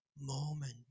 moment